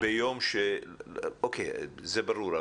זה ברור,